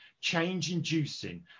change-inducing